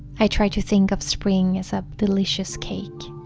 i try to think of spring as a delicious cake,